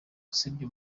asebya